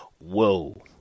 Whoa